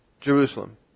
Jerusalem